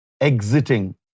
exiting